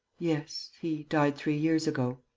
yes, he died three years ago.